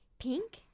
pink